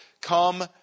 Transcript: come